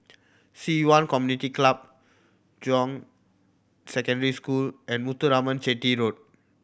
Ci Yuan Community Club John Secondary School and Muthuraman Chetty Road